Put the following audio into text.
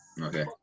Okay